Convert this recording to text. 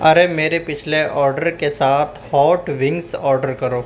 ارے میرے پچھلے آڈر کے ساتھ ہاٹ ونگس آڈر کرو